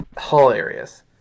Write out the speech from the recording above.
Hilarious